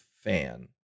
fan